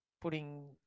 putting